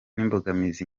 n’imbogamizi